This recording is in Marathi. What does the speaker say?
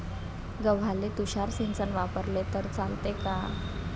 गव्हाले तुषार सिंचन वापरले तर चालते का?